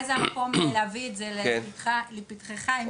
זה המקום להביא את זה לפתחך, כדי שתוכל לתרום.